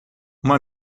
uma